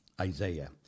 Isaiah